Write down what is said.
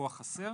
דיווח חסר